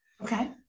Okay